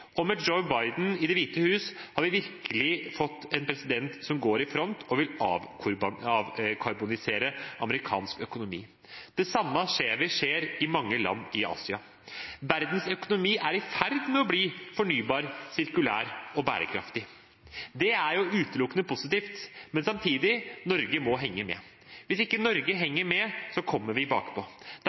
og med Joe Biden i Det hvite hus har vi virkelig fått en president som går i front og vil avkarbonisere amerikansk økonomi. Det samme ser vi skjer i mange land i Asia. Verdens økonomi er i ferd med å bli fornybar, sirkulær og bærekraftig. Det er utelukkende positivt, men samtidig må Norge henge med. Hvis ikke Norge henger med, kommer vi